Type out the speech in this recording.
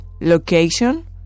Location